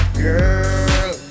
girl